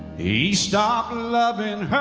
he stopped loving her